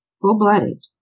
full-blooded